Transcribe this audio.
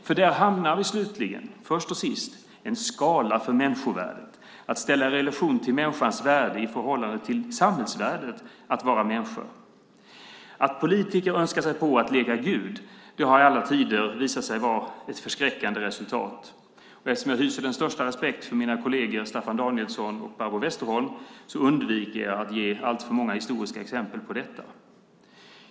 För där hamnar vi slutligen: En skala för människovärdet att ställa i relation till människans värde i förhållande till samhällsvärdet att vara människa. Att politiker försöker sig på att leka Gud har i alla tider visat sig ge ett förskräckande resultat. Eftersom jag hyser den största respekt för mina kolleger Staffan Danielsson och Barbro Westerholm undviker jag att ge historiska exempel på detta.